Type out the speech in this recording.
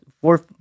four